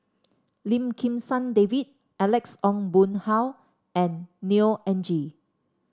Lim Kim San David Alex Ong Boon Hau and Neo Anngee